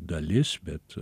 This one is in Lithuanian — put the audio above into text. dalis bet